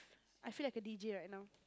I feel like a D_J right now